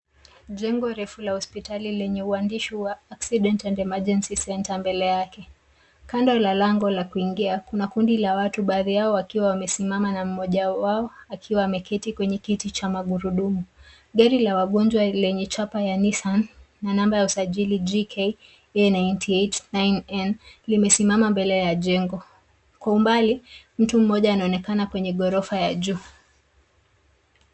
Jengo refu la hospitali lenye uandishi wa Accident and Emergency Centre mbele yake. Kando la lango la kuingia, kuna kundi la watu, baadhi wao wamesimama na mmoja wao akiwa ameketi kwenye kiti cha magurudumu. Gari la wagonjwa lenye chapa ya Nissan na namba ya usajili GK-A98-9N limesimama mbele ya jengo. Kwa umbali, mtu mmoja anaonekana kwenye ghorofa ya juu.